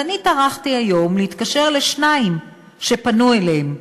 אז אני טרחתי היום להתקשר לשניים שפנו אליהם.